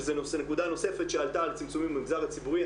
שזו נקודה נוספת שעלתה על צמצומים במגזר הציבורי,